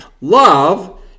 Love